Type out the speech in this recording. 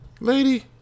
lady